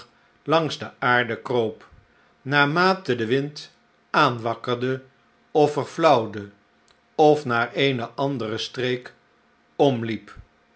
langs de aarde kroop naarmate de wind aanwakkerde of verflauwde of naar eene andere streek omliep